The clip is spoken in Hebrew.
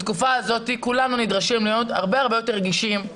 בתקופה הזאת כולם נדרשים להיות הרבה יותר רגישים,